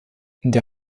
der